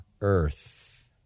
earth